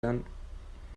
lernen